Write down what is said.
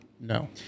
No